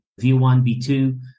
V1B2